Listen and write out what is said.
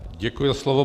Děkuji za slovo.